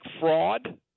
fraud